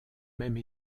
même